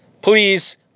Please